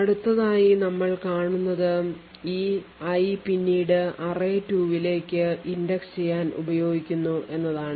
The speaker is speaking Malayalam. അടുത്തതായി നമ്മൾ കാണുന്നത് ഈ i പിന്നീട് array2 ലേക്ക് ഇൻഡെക്സ് ചെയ്യാൻ ഉപയോഗിക്കുന്നു എന്നതാണ്